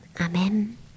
Amen